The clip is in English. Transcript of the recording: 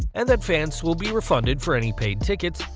and that fans will be refunded for any paid tickets,